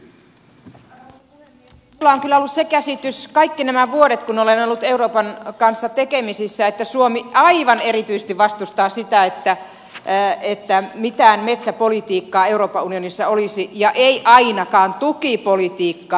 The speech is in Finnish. minulla on kyllä ollut se käsitys kaikki nämä vuodet kun olen ollut euroopan kanssa tekemisissä että suomi aivan erityisesti vastustaa sitä että mitään metsäpolitiikkaa euroopan unionissa olisi tai ainakaan tukipolitiikkaa